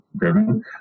driven